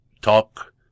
talk